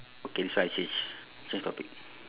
okay this one I change change topic